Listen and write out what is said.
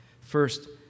First